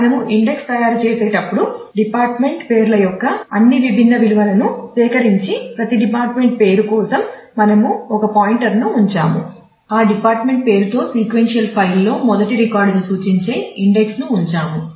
కాబట్టి మనము ఇండెక్స్ తయారుచేసేటప్పుడు డిపార్ట్మెంట్ పేర్ల యొక్క అన్ని విభిన్న విలువలను సేకరించి ప్రతి డిపార్ట్మెంట్ పేరు కోసం మనము ఒక పాయింటర్ను లో మొదటి రికార్డును సూచించే ఇండెక్స్ను ఉంచాము